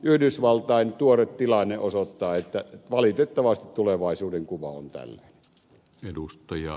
yhdysvaltain tuore tilanne osoittaa että valitettavasti tulevaisuudenkuva on tällainen